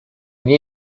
nie